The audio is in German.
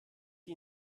die